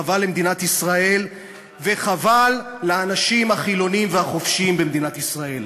חבל למדינת ישראל וחבל לאנשים החילונים והחופשיים במדינת ישראל.